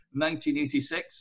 1986